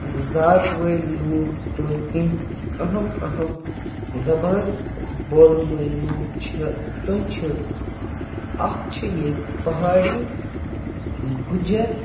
ذات وٲلۍ لُکھ تہٕ کیٚنٛہہ اَہم اَہم زبان بولَن وٲلۍ لُکھ چھِ تِم چھِ اَکھ چھِ ییٚتہِ پہاڑی گُجَر